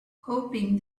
hoping